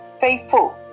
faithful